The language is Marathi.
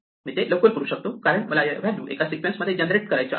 मी ते लवकर करू शकतो कारण मला या व्हॅल्यू एका सिक्वेन्स मध्ये जनरेट करायच्या आहेत